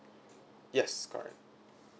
yes correct